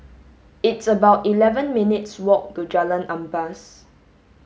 it's about eleven minutes' walk to Jalan Ampas